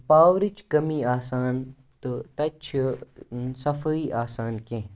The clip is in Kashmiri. پاورٕچ کمی آسان تہٕ تَتہِ چھِ صفٲیی آسان کینٛہہ